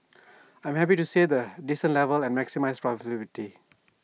I'm happy to stay at A decent level and maximise profitability